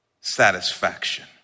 satisfaction